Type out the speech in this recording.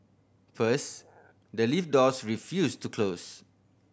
first the lift doors refused to close